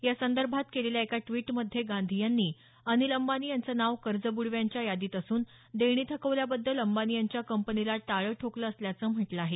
या संदर्भात केलेल्या एका द्वीटमध्ये गांधी यांनी अनिल अंबानी यांचं नाव कर्जबुडव्यांच्या यादीत असून देणी थकवल्याबद्दल अंबानी यांच्या कंपनीला टाळं ठोकलं असल्याचं म्हटलं आहे